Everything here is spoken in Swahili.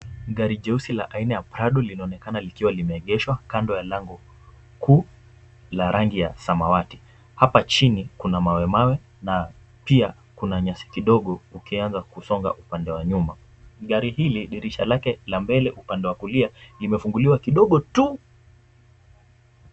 Gari jeusi la aina ya Prado linaonekana likiwa limeegeshwa kando la lango kuu la rangi ya samawati, hapa chini kuna mawe mawe na pia kuna nyasi kidogo ukianza kusonga upande wa nyuma. Gari hili dirisha lake la mbele upande wa kulia limefunguliwa kidogo tu.